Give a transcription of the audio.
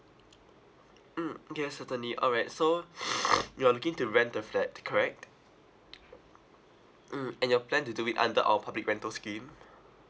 mm okay uh certainly alright so you are looking to rent the flat correct mm and you are planned to do it under our public rental scheme